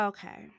Okay